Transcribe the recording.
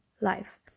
life